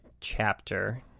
chapter